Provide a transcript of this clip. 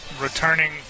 returning